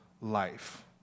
life